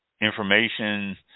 information